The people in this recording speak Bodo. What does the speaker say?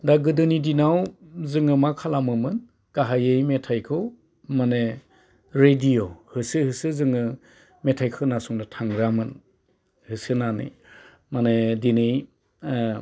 दा गोदोनि दिनाव जोङो मा खालामोमोन गाहायै मेथाइखौ माने रेडिय' होसो होसो जोङो मेथाइ खोनासंनो थांग्रामोन होसोनानै माने दिनै